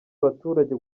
abaturage